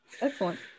Excellent